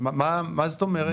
מה זאת אומרת?